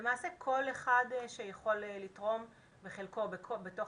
ולמעשה כל אחד שיכול לתרום בחלקו בתוך